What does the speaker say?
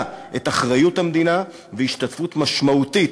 את אחריות המדינה ונותנת השתתפות משמעותית